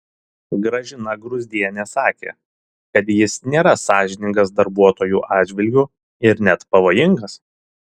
gražina gruzdienė sakė kad jis nėra sąžiningas darbuotojų atžvilgiu ir net pavojingas